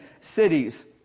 cities